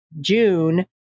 June